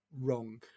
wrong